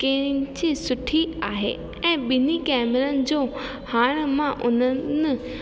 कहिड़ी इंची सुठी आहे ऐं ॿिनि कैमरनि जो हाणे मां उन्हनि